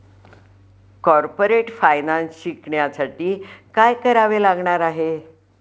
Corporate finance शिकण्यासाठी काय करावे लागणार आहे?